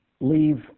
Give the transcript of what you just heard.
leave